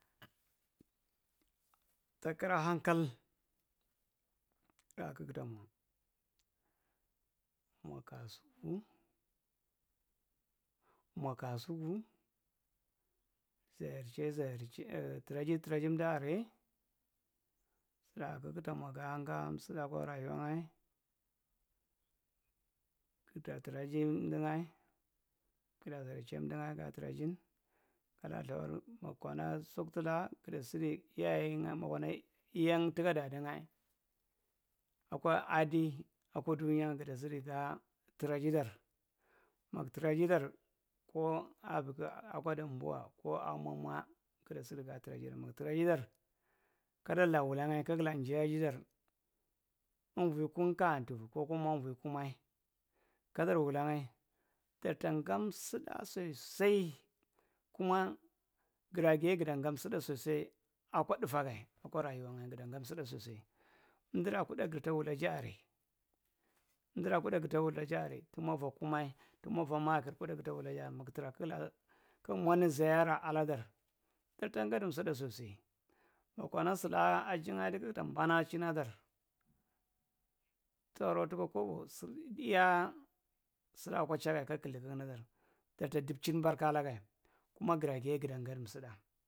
Takira hanka la kikta mwa mwa kasuwa masa kusuku zayer’chhay zayer chay tamaji traaji emdae array sura kugtamwa ga gam sudaa akwa rayuwa’ngae, kugta traaji ndu’ngae kugta ziyar’chae’ndu’ngnga traajin ga la ithawar mokona suka tulaa guda sudi iyaye mokona iyana toka dadan’ngae akwa adi akwo dunya guda sudi gaa traaji dar mug’traji dark o avigi akwa dambuwako amo’mwa kugta sudi ga traaji dar muk traji dar kadar la wula’ngae kug’laa jaajidar uvwi kum kaa tufu ko kuma uvivi kum kadar la wula’ngae dar tang gam’suda sosai akwa tdufa gay akwa rayuwa’ngae guda ngam suda sosai emdura kuda girta wulaji ara emdu ra kuda girta uwulaji aray tumuva’ kuma tuma eva maakir kuda girta wulaja’a muk tra kigla kig mwa lan ziyaara ala dar dar ta gadi sutda sosai mokona sulaa aji’ngae di kug’ta bana’china dar toro tuka kobo sur iyaa sura’kwa chagae kug kulli kug nadar darta dup’chin barka lagae kuma giraa guye gudang gadi sutda.